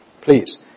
please